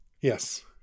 Yes